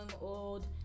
old